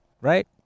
Right